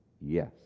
yes